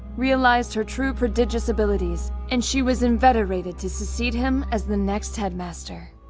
realized her true prodigious abilities and she was inveterated to succeed him as the next headmaster.